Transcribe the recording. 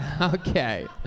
Okay